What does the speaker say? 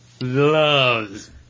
loves